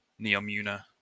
Neomuna